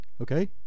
Okay